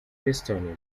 houston